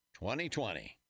2020